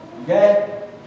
Okay